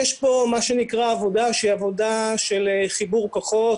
יש פה עבודה שהיא של חיבור כוחות,